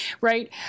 right